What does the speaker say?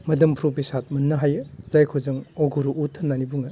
मोदोमफ्रु बेसाद मोननो हायो जायखौ जों अगुरु ऊड होननानै बुङो